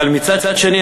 אבל מצד שני,